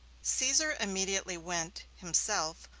caesar immediately went, himself,